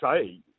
say